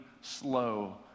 slow